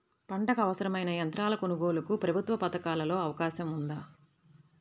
పంటకు అవసరమైన యంత్రాల కొనగోలుకు ప్రభుత్వ పథకాలలో అవకాశం ఉందా?